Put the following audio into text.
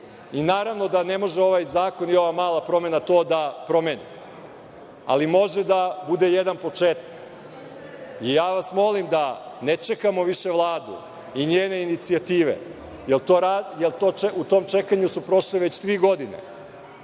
godina. Naravno da ne može ovaj zakon i ova mala promena to da promeni, ali može da bude jedan početak i ja vas molim da ne čekamo više Vladu i njene inicijative jer u tom čekanju su prošle već tri godine,